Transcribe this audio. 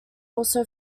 also